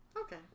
okay